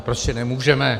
Prostě nemůžeme.